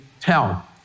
tell